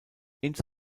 ins